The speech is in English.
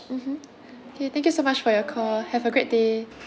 mmhmm okay thank you so much for your call have a great day